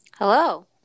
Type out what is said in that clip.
Hello